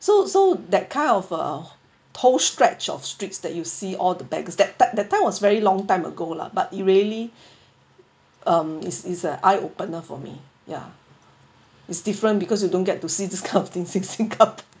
so so that kind of uh whole stretch of streets that you see all the beggars that that time was very long time ago lah but it really um is is an eye open lah for me ya it's different because you don't get to see this kind of thing in singapore